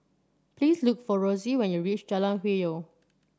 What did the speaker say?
please look for Rosey when you reach Jalan Hwi Yoh